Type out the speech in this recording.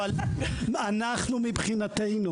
אבל אנחנו מבחינתנו